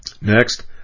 Next